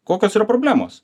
kokios yra problemos